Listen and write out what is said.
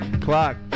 clock